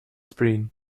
spring